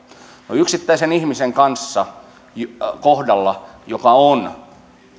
yksittäisen ihmisen kohdalla joka on